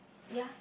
ya